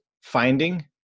finding